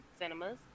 cinemas